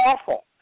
awful